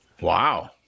Wow